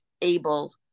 able